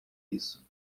isso